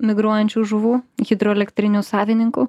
migruojančių žuvų hidroelektrinių savininkų